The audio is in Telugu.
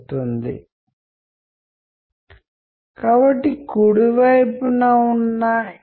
ఇది కొంచెం గంభీరంగా అనిపించవచ్చని ఇప్పుడు నాకు తెలుసు